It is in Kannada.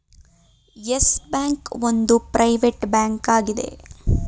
ಯಸ್ ಬ್ಯಾಂಕ್ ಒಂದು ಪ್ರೈವೇಟ್ ಬ್ಯಾಂಕ್ ಆಗಿದೆ